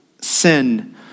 sin